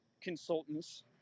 consultants